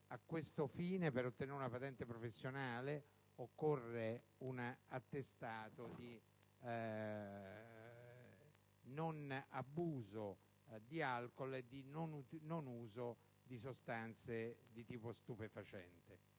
a questo fine, per ottenere una patente professionale, occorre un attestato di non abuso di alcol e di non uso di sostanze di tipo stupefacente.